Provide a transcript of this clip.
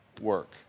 work